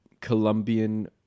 Colombian